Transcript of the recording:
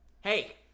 Hey